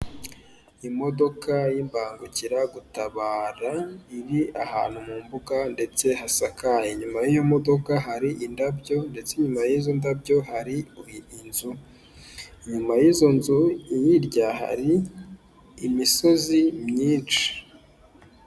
Imodoka y'imbangukira gutabara iri ahantu mu mbuga ndetse hasakaye, inyuma y'iyo modoka hari indabyo ndetse inyuma y'izo ndabyo hari inzu, inyuma y'izo nzu hirya hari imisozi myinshi.